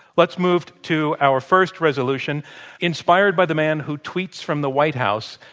let's move to our first resolution inspired by the man who tweets from the white house,